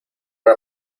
una